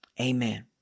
amen